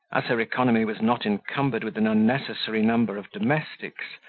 as her economy was not encumbered with an unnecessary number of domestics,